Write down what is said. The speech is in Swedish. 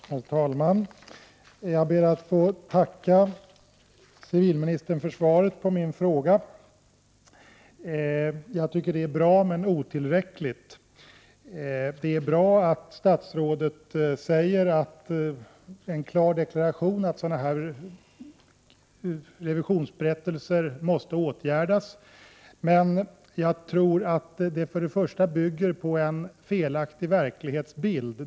Herr talman! Jag ber att få tacka civilministern för svaret på min fråga. Jag tycker att det är bra, men otillräckligt. Det är bra att statsrådet klart deklarerar att sådana här revisionsberättelser måste följas upp med åtgärder. Jag tror dock att det i första hand bygger på en felaktig verklighetsbild.